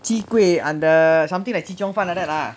ji kuih under something like chee cheong fun like that ah